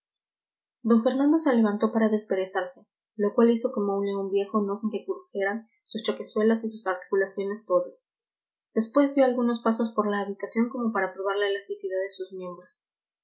d fernando se levantó para desperezarse lo cual hizo como un león viejo no sin que crujieran sus choquezuelas y sus articulaciones todas después dio algunos pasos por la habitación como para probar la elasticidad de sus miembros